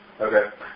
Okay